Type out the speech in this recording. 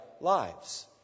lives